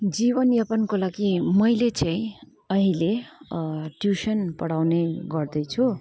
जीवन यापनको लागि मैले चाहिँ अहिले ट्युसन पढाउने गर्दैछु